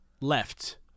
left